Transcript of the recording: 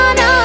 no